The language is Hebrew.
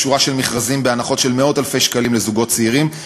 ושורה של מכרזים בהנחות של מאות אלפי שקלים לזוגות צעירים,